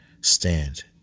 stand